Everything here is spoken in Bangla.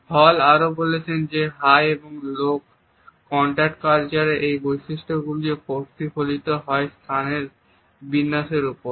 হল আরো বলেছেন যে হাই এবং লোক কন্টাক্ট কালচারের এই বৈশিষ্ট্যগুলিও প্রতিফলিত হয় স্থানের বিন্যাসের ওপর